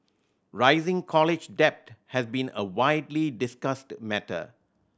rising college debt has been a widely discussed matter